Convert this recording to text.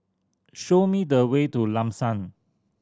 show me the way to Lam San